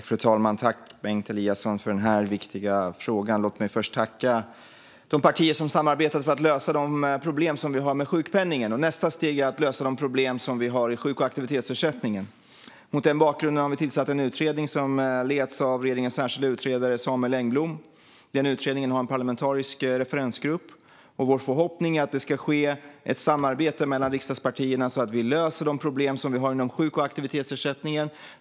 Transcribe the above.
Fru talman! Tack, Bengt Eliasson, för den viktiga frågan! Låt mig först tacka de partier som har samarbetat för att lösa de problem som finns med sjukpenningen. Nästa steg är att lösa de problem som finns i sjuk och aktivitetsersättningen. Mot den bakgrunden har vi tillsatt en utredning som leds av regeringens särskilde utredare Samuel Engblom. Till den utredningen finns en parlamentarisk referensgrupp. Vår förhoppning är att det ska ske ett samarbete mellan riksdagspartierna så att vi löser de problem som finns inom sjuk och aktivitetsersättningen.